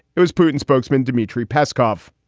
it was putin's spokesman, dmitry peskov.